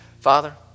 Father